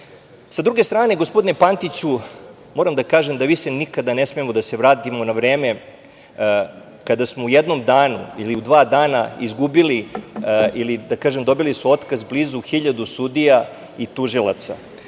druge strane, gospodine Pantiću, moram da kažem da više nikada ne smemo da se vratimo u vreme kada smo u jednom danu ili u dva dana izgubili ili je dobilo otkaz blizu hiljadu sudija i tužilaca